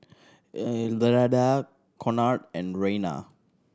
Ilda Conard and Reina